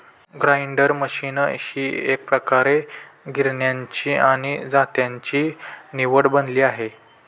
grinder machine ही एकप्रकारे गिरण्यांची आणि जात्याची निवड बनली आहे